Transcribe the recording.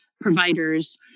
providers